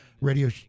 radio